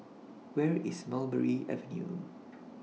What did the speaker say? Where IS Mulberry Avenue